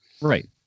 Right